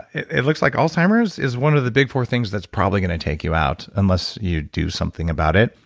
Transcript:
it it looks like alzheimer's is one of the big four things that's probably going to take you out unless you do something about it.